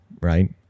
right